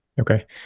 Okay